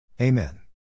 Amen